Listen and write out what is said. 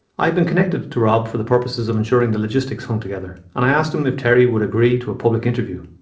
i had been connected to rob for the purposes of ensuring the logistics hung together and i asked him if terry would agree to do a public interview.